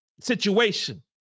situation